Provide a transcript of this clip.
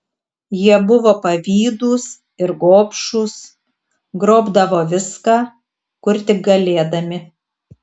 jie buvo pavydūs ir gobšūs grobdavo viską kur tik galėdami